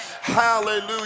Hallelujah